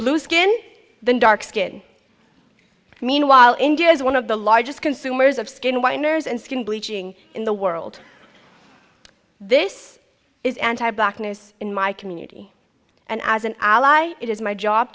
blue skin than dark skin meanwhile india is one of the largest consumers of skin whiners and skin bleaching in the world this is anti blackness in my community and as an ally it is my job